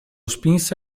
spinse